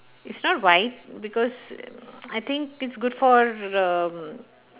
it's not like because I think it's good for um